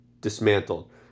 dismantled